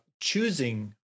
choosing